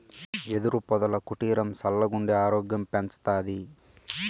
యెదురు పొదల కుటీరం సల్లగుండి ఆరోగ్యం పెంచతాది